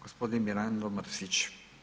Gospodin Mirano Mrsić.